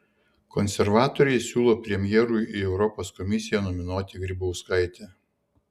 konservatoriai siūlo premjerui į europos komisiją nominuoti grybauskaitę